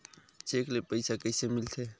Cheque ले पईसा कइसे मिलथे?